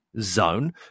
zone